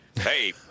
Hey